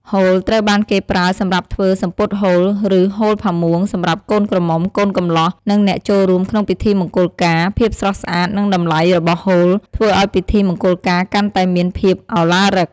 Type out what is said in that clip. ហូលត្រូវបានគេប្រើសម្រាប់ធ្វើ សំពត់ហូល ឬ ហូលផាមួង សម្រាប់កូនក្រមុំ កូនកំលោះ និងអ្នកចូលរួមក្នុងពិធីមង្គលការ ភាពស្រស់ស្អាត និងតម្លៃរបស់ហូល ធ្វើឱ្យពិធីមង្គលការកាន់តែមានភាពឱឡារិក។